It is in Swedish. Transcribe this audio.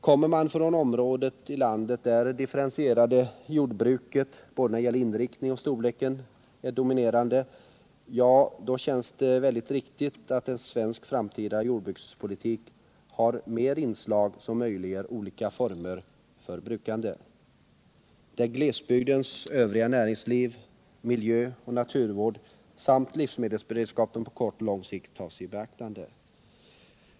Kommer man från ett område i landet där det differentierade jordbruket både när det gäller inriktning och storlek är dominerande känns det riktigt att svensk framtida jordbrukspolitik har inslag som möjliggör olika former av brukande, där glesbygdens övriga näringsliv, miljöoch naturvård samt livsmedelsberedskapen på kort och lång sikt tas i beaktande.